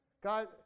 God